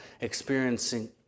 experiencing